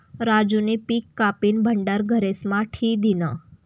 राजूनी पिक कापीन भंडार घरेस्मा ठी दिन्हं